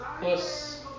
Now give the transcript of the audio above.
plus